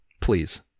please